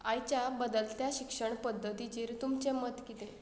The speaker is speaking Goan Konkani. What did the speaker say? आयच्या बदलत्या शिक्षण पद्दतीचेर तुमचें मत कितें